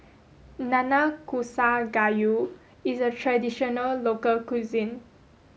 Nanakusa Gayu is a traditional local cuisine